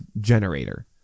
generator